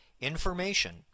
information